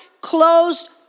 closed